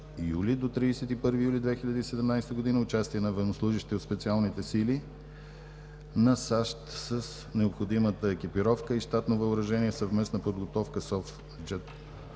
до 31 юли 2017 г. участие на военнослужещите от специалните сили на САЩ с необходимата екипировка и щатно въоръжение в съвместна подготовка SOF